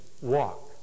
walk